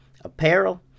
apparel